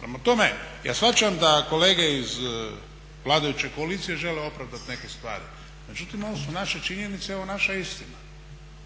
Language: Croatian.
Prema tome, ja shvaćam da kolege iz vladajuće koalicije žele opravdati neke stvari. Međutim, ovo su naše činjenice i ovo je naša istina.